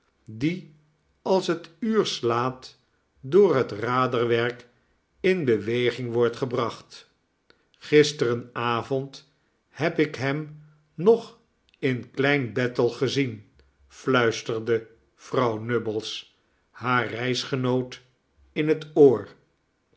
die als het uur slaat door het raderwerk in beweging wordt gebracht gisterenavond heb ik hem nog in kleinbethel gezien fluisterde vrouw nubbles haar reisgenoot in het oor